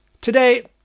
Today